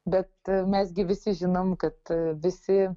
bet mes gi visi žinom kad visi